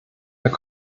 herr